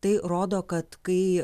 tai rodo kad kai